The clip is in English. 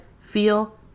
feel